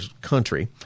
country